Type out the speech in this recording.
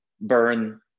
burn